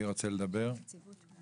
אני אומר